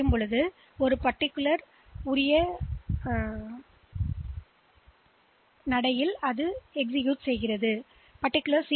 எனவேபோது கணினி அல்லது செயலி குறியீட்டை இயக்கும் அதை வரிசையாகச் செய்து கொண்டிருந்தது